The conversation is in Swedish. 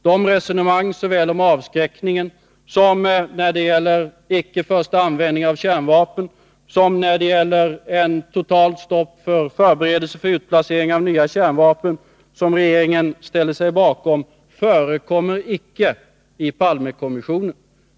De resonemang om såväl avskräckningen som icke-första-användning av kärnvapen och ett totalt stopp för förberedelse för utplacering av nya kärnvapen som regeringen ställer sig bakom förekommer icke i Palmekommissionens rapport.